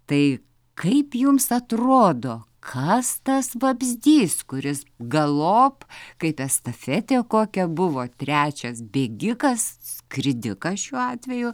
tai kaip jums atrodo kas tas vabzdys kuris galop kaip estafetė kokia buvo trečias bėgikas skridikas šiuo atveju